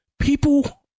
People